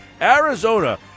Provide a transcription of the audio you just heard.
Arizona